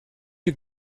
you